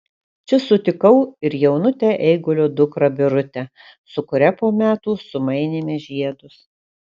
čia sutikau ir jaunutę eigulio dukrą birutę su kuria po metų sumainėme žiedus